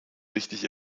richtig